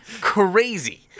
crazy